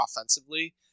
offensively